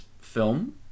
film